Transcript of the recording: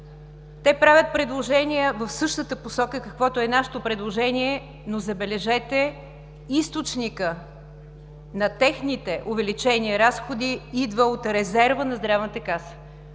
Те правят предложение в същата посока, каквото е и нашето предложение, но, забележете, източникът на техните увеличени разходи идва от резерва на Здравната каса.